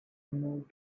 moved